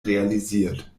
realisiert